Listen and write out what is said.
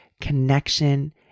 connection